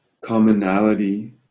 commonality